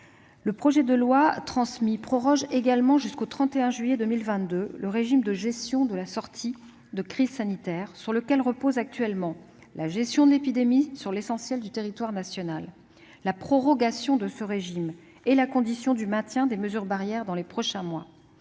Le projet de loi proroge également jusqu'au 31 juillet 2022 le régime de gestion de la crise sanitaire, sur lequel repose actuellement la gestion de l'épidémie pour l'essentiel du territoire national. La prorogation de ce régime est la condition du maintien des mesures barrières dans les prochains mois.